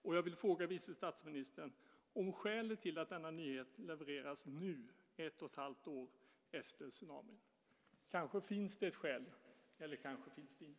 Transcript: Och jag vill fråga vice statsministern om skälet till att denna nyhet levereras nu, ett och ett halvt år efter tsunamin. Kanske finns det ett skäl, eller kanske finns det inte.